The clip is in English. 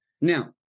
Now